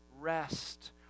rest